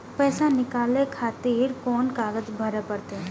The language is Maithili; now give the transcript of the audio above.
पैसा नीकाले खातिर कोन कागज भरे परतें?